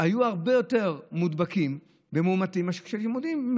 היו הרבה יותר מודבקים ומאומתים מאשר כשהיו לימודים.